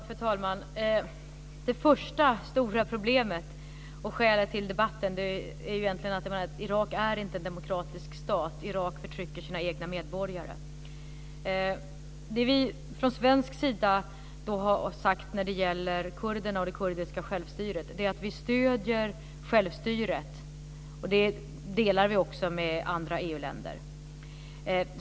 Fru talman! Det första stora problemet och skälet till debatten är egentligen att Irak inte är någon demokratisk stat. Irak förtrycker sina egna medborgare. Det vi från svensk sida har sagt när det gäller kurderna och det kurdiska självstyret är att vi stöder självstyret. Det delar vi också med andra EU-länder.